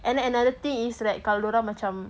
and then another thing is like kalau dorang macam